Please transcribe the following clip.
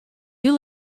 you